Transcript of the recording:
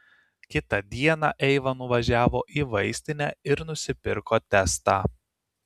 kitą dieną eiva nuvažiavo į vaistinę ir nusipirko testą